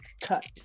cut